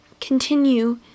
continue